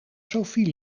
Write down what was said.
sofie